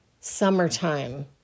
Summertime